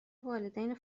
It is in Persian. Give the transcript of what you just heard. والدین